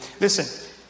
Listen